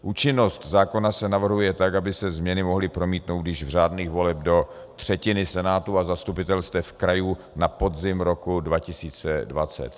Účinnost zákona se navrhuje tak, aby se změny mohly promítnout již v řádných volbách do třetiny Senátu a zastupitelstev krajů na podzim roku 2020.